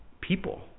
people